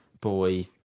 boy